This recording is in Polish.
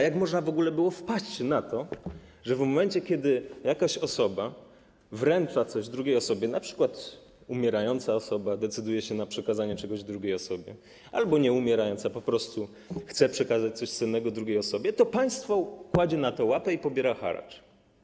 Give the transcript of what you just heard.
Jak można w ogóle było wpaść na to, że w momencie, kiedy jakaś osoba wręcza coś drugiej osobie, np. umierająca osoba decyduje się na przekazanie czegoś drugiej osobie, albo nieumierająca, po prostu osoba chce przekazać coś cennego drugiej osobie, to państwo kładzie na to łapę i pobiera haracz?